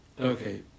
Okay